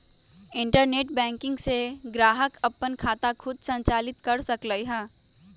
internet banking से ग्राहक अप्पन खाता खुद संचालित कर सकलई ह